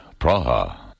Praha